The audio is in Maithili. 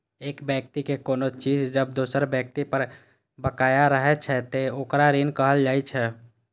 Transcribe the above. एक व्यक्ति के कोनो चीज जब दोसर व्यक्ति पर बकाया रहै छै, ते ओकरा ऋण कहल जाइ छै